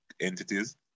entities